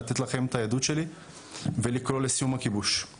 לתת לכם את הילדות שלי ולקרוא לסיום הכיבוש.